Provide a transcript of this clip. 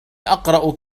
أقرأ